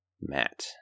Matt